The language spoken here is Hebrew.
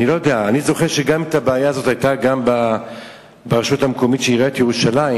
אני זוכר שהבעיה הזאת היתה גם ברשות המקומית של עיריית ירושלים,